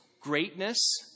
greatness